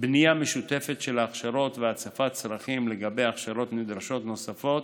בנייה משותפת של ההכשרות והצפת צרכים לגבי הכשרות נדרשות נוספות,